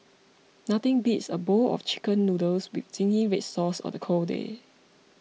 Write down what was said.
nothing beats a bowl of Chicken Noodles with Zingy Red Sauce on a cold day